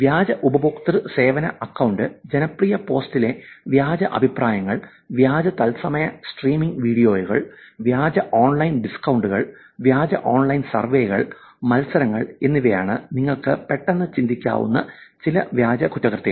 വ്യാജ ഉപഭോക്തൃ സേവന അക്കൌണ്ട് ജനപ്രിയ പോസ്റ്റിലെ വ്യാജ അഭിപ്രായങ്ങൾ വ്യാജ തത്സമയ സ്ട്രീമിംഗ് വീഡിയോകൾ വ്യാജ ഓൺലൈൻ ഡിസ്കൌണ്ടുകൾ വ്യാജ ഓൺലൈൻ സർവേകൾ മത്സരങ്ങൾ എന്നിവയാണ് നിങ്ങൾക്ക് പെട്ടെന്ന് ചിന്തിക്കാവുന്ന ചില വ്യാജ കുറ്റകൃത്യങ്ങൾ